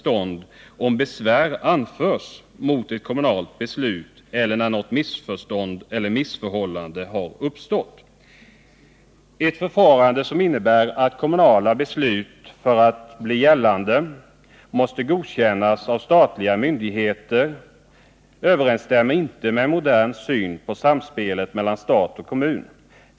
stånd, om besvär anförs mot ett kommunalt beslut eller när något missförstånd eller missförhållande har uppstått. Ett förfarande som innebär att kommunala beslut för att bli gällande måste godkännas av statliga myndigheter överensstämmer inte med en modern syn på samspelet mellan stat och kommun.